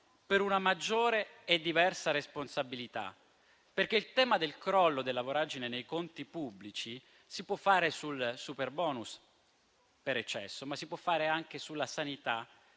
per una maggiore e diversa responsabilità, perché il tema del crollo e della voragine nei conti pubblici si può fare sul superbonus per eccesso, ma si può fare anche sulla sanità